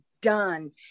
done